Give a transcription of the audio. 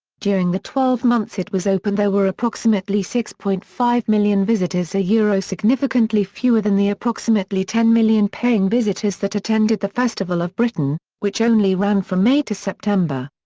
during the twelve months it was open there were approximately six point five million visitors yeah significantly fewer than the approximately ten million paying visitors that attended the festival of britain, which only ran from may to september.